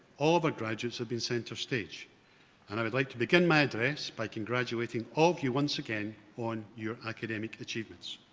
all of our graduates have been centred stage and i would like to begin my address by congratulating all of you once again on your academic achievements.